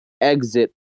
exit